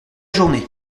journée